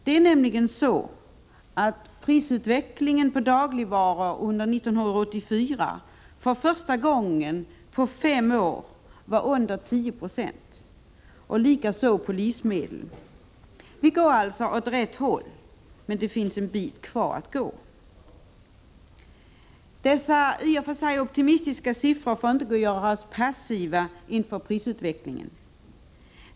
Det är nämligen så att prisökningarna på dagligvaror och likaså på livsmedel under 1984 för första gången på fem år var under 10 96. Vi går åt rätt håll, men det finns en bit kvar att gå. Dessa i och för sig optimistiska siffror får inte göras passiva när det gäller prisutvecklingen.